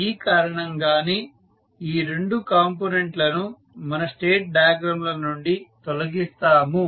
ఈ కారణంగానే ఈ రెండు కాంపోనెంట్ లను మన స్టేట్ డయాగ్రమ్ ల నుండి తొలగిస్తాము